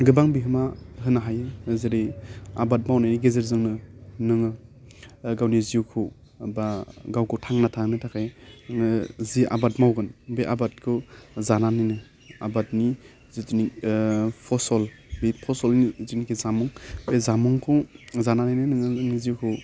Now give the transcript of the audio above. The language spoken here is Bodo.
गोबां बिहोमा होनो हायो ओह जेरै आबाद मावनायनि गेजेरजोंनो नोङो गावनि जिउखौ बा गावखौ थांना थाहोनो थाखाय नोङो जि आबाद मावगोन बे आबादखौ जानानैनो आबादनि जिथिनि ओह फसल बे फसलनि जिनाखि जामुं बे जामुंखौ जानानैनो नोङो नोंनि जिउखौ